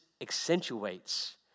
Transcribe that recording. accentuates